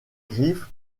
griffes